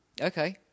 Okay